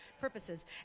purposes